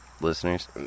Listeners